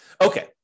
Okay